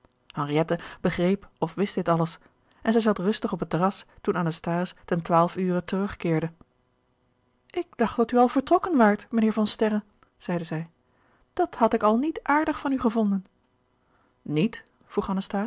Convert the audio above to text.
henriette begreep of wist dit alles en zij zat rustig op het terras toen anasthase ten twaalf ure terugkeerde ik dacht dat u al vertrokken waart mijnheer van sterren zeide zij dat had ik al niet aardig van u gevonden niet